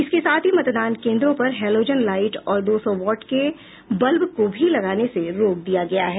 इसके साथ ही मतदान केंद्रों पर हैलोजन लाइट और दो सौ वाट के बल्ब को भी लगाने से रोक दिया गया है